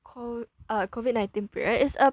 co~ uh COVID nineteen period is a